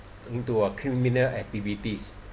into a criminal activities